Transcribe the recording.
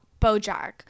Bojack